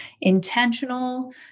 intentional